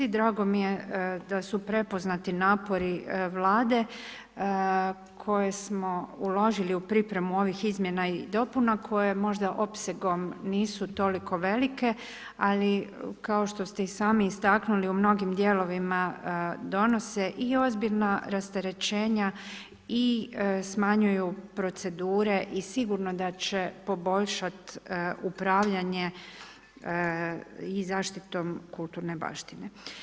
Drago mi je da su prepoznati napori Vlade koje smo uložili u pripremu ovih izmjena i dopuna koje možda opsegom nisu toliko velike ali kao što ste i sami istaknuli u mnogim dijelovima donose i ozbiljna rasterećenja i smanjuju procedure i sigurno da će poboljšati upravljanje i zaštitom kulturne baštine.